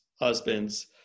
husbands